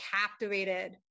captivated